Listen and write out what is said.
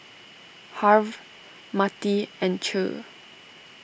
Harve Mattie and Che